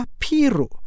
piru